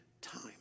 time